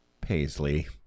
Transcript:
paisley